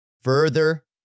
Further